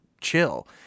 chill